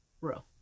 row